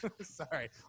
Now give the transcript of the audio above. sorry